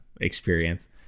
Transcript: experience